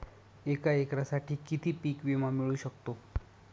एका एकरसाठी किती पीक विमा मिळू शकतो?